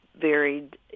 varied